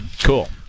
cool